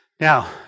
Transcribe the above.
Now